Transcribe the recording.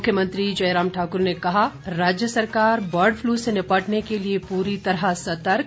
मुख्यमंत्री जयराम ठाकुर ने कहा राज्य सरकार बर्ड फ्लू से निपटने के लिए पूरी तरह सतर्क